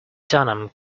dunham